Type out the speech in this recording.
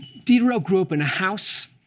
diderot grew up in a house,